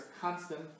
constant